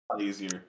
easier